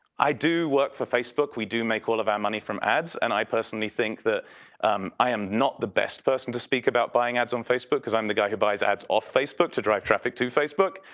i do work for facebook, we do make all of are money from ads. and i personally think that i am not the best person to speak about buying ads on facebook, because i'm the guy who buys ads off facebook to drive traffic to facebook.